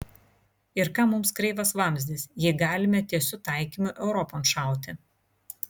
ir kam mums kreivas vamzdis jei galime tiesiu taikymu europon šauti